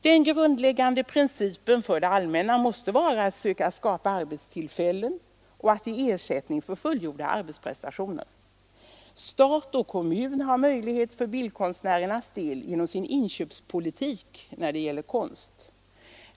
Den grundläggande principen för det allmänna måste vara att söka skapa arbetstillfällen och att ge ersättning för fullgjorda arbetsprestationer. Stat och kommun har möjlighet att göra det för bildkonstnärernas del genom sin inköpspolitik när det gäller konst.